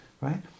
right